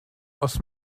aus